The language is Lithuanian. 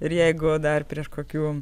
ir jeigu dar prieš kokių